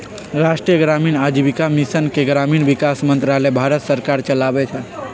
राष्ट्रीय ग्रामीण आजीविका मिशन के ग्रामीण विकास मंत्रालय भारत सरकार चलाबै छइ